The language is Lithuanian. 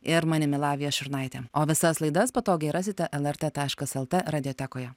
ir manimi lavija šurnaite o visas laidas patogiai rasite lrt taškas lt radiotekoje